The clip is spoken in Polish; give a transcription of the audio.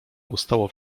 ustało